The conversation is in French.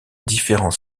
différents